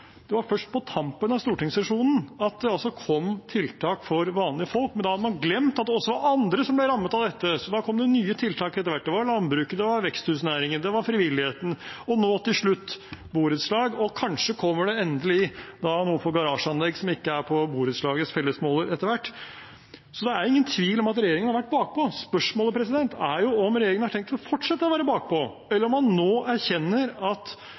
Det var først på tampen av stortingssesjonen at det altså kom tiltak for vanlige folk, men da hadde man glemt at det også var andre som ble rammet av dette, så da kom det nye tiltak etter hvert. Det gjaldt landbruket, det gjaldt veksthusnæringen, det gjaldt frivilligheten, og nå til slutt borettslag, og kanskje kommer det – endelig – etter hvert noe for garasjeanlegg som ikke er på borettslagets fellesmåler. Det er ingen tvil om at regjeringen har vært bakpå. Spørsmålet er om regjeringen har tenkt å fortsette å være bakpå, eller om man nå erkjenner at